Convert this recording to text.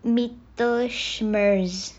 mittelschmerz